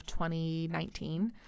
2019